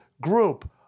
group